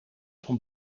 van